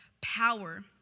power